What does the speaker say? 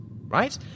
right